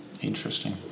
Interesting